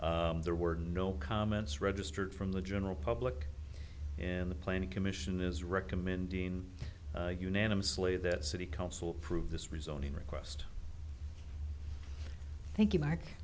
there were no comments registered from the general public and the planning commission is recommending unanimously that city council approved this rezoning request thank you mar